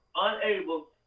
unable